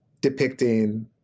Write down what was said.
depicting